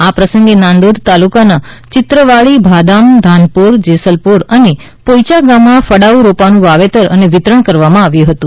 આ પ્રસંગે નાંદોદ તાલુકાના ચિત્રવાડી ભાદામ ધાનપોર જેસલપોર અને પોઇયા ગામોમાં ફળાઉ રોપાઓનું વાવેતર અને વિતરણ કરવામાં આવ્યું હતુ